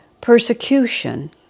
Persecution